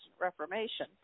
Reformation